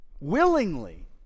willingly